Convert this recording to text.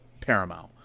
Paramount